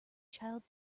child